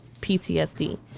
PTSD